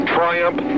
Triumph